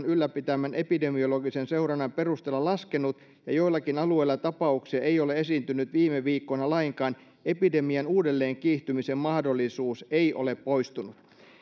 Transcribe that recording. ylläpitämän epidemiologisen seurannan perusteella laskenut ja joillakin alueilla tapauksia ei ole esiintynyt viime viikkoina lainkaan epidemian uudelleen kiihtymisen mahdollisuus ei ole poistunut